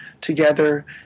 together